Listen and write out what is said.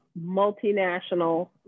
multinational